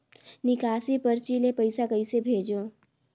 निकासी परची ले पईसा कइसे भेजों?